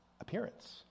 appearance